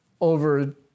over